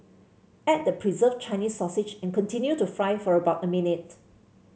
add the preserved Chinese sausage and continue to fry for about a minute